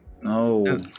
No